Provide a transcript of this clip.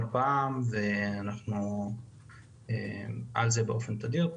כל פעם ואנחנו על זה באופן תדיר.